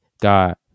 God